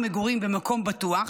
ומגורים במקום בטוח,